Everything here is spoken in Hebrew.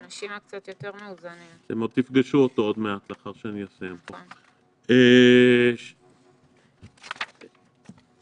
עוד מעט, לאחר שאסיים פה, תפגשו אותו.